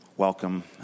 welcome